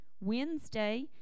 Wednesday